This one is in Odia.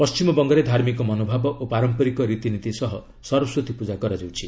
ପଶ୍ଚିମବଙ୍ଗରେ ଧାର୍ମିକ ମନୋଭାବ ଓ ପାରମ୍ପରିକ ରୀତିନୀତି ସହ ସରସ୍ୱତୀ ପୂଜା କରାଯାଉଛି